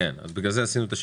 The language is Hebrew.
כן, לכן עשינו את השינוי.